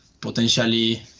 potentially